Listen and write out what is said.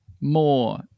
more